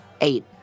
Eight